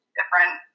different